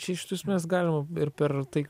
čia iš esmės galima ir per tai